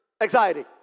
anxiety